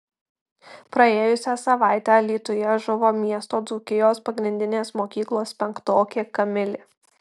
praėjusią savaitę alytuje žuvo miesto dzūkijos pagrindinės mokyklos penktokė kamilė